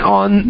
on